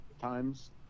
times